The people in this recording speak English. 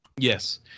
yes